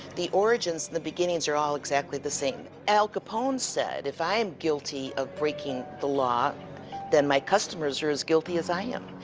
the origins and the beginnings are all exactly the same. al capone said, if i am guilty of breaking the law then my customers are as guilty as i am.